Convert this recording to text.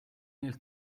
nel